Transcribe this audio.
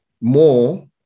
more